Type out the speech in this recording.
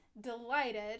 delighted